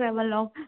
travelogue